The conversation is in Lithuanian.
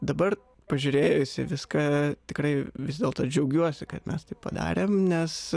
dabar pažiūrėjus į viską tikrai vis dėlto džiaugiuosi kad mes taip padarėm nes